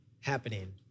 happening